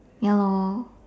ya lor